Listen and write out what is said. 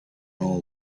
know